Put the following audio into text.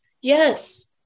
Yes